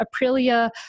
Aprilia